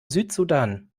südsudan